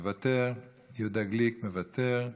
מוותר, יהודה גליק, מוותר,